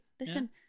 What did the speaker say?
Listen